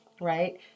right